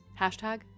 Hashtag